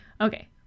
Okay